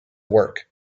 work